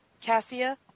cassia